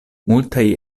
multaj